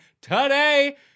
today